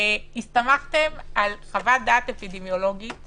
הסתמכתם על חוות דעת אפידמיולוגית